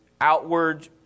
outward